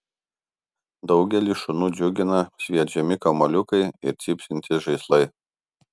daugelį šunų džiugina sviedžiami kamuoliukai ir cypsintys žaislai